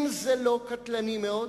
אם זה לא קטלני מאוד,